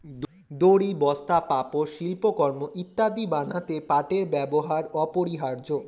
দড়ি, বস্তা, পাপোশ, শিল্পকর্ম ইত্যাদি বানাতে পাটের ব্যবহার অপরিহার্য